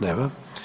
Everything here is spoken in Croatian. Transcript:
Nema.